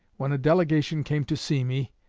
when a delegation came to see me,